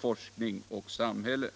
forskning och samhälle.